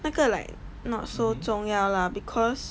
那个 like not so 重要 lah because